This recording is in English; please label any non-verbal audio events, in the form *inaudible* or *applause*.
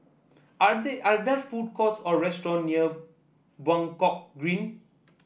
are *unintelligible* are there food courts or restaurant near Buangkok Green